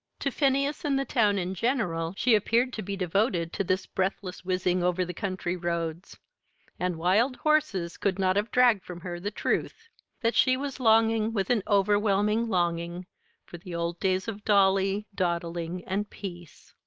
to phineas and the town in general she appeared to be devoted to this breathless whizzing over the country roads and wild horses could not have dragged from her the truth that she was longing with an overwhelming longing for the old days of dolly, dawdling, and peace.